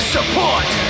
Support